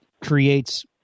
creates